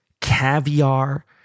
caviar